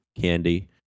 candy